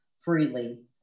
freely